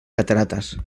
cataratas